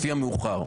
לפי המאוחר".